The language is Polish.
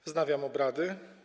Wznawiam obrady.